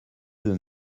deux